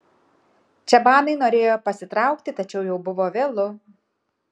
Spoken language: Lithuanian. čabanai norėjo pasitraukti tačiau jau buvo vėlu